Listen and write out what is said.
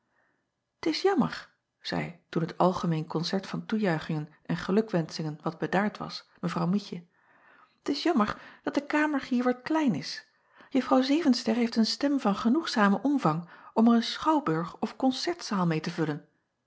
t s jammer zeî toen het algemeen koncert van toejuichingen en gelukwenschingen wat bedaard was w ietje t is jammer dat de kamer hier wat klein is uffrouw evenster heeft een stem van genoegzamen omvang om er een schouwburg of koncertzaal meê te vullen